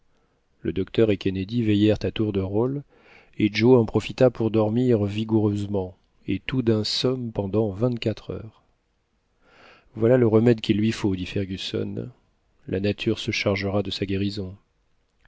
le docteur et kennedy veillèrent à tour de rôle et joe en profita pour dormir vigoureusement et tout d'un somme pendant vingt-quatre heures voilà le remède quil lui faut dit fergusson la nature se chargera de sa guérison